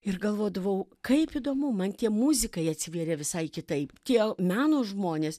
ir galvodavau kaip įdomu man tie muzikai atsivėrė visai kitaip tie meno žmonės